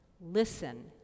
Listen